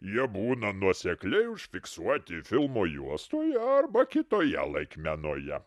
jie būna nuosekliai užfiksuoti filmo juostoje arba kitoje laikmenoje